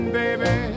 baby